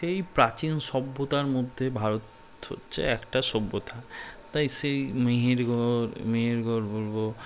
সেই প্রাচীন সভ্যতার মধ্যে ভারত হচ্ছে একটা সভ্যতা তাই সেই মেহেরগড় মেহেরগড় বলবো